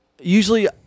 Usually